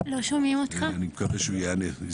אני מקווה שהוא ייענה.